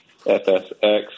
FSX